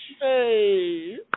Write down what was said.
Hey